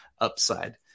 Upside